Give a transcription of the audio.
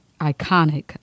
iconic